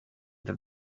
that